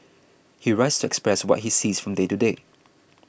he writes to express what he sees from day to day